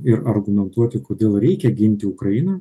ir argumentuoti kodėl reikia ginti ukrainą